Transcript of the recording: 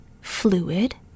Fluid